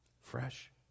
Fresh